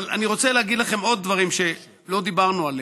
אבל אני רוצה להגיד לכם עוד דברים שלא דיברנו עליהם.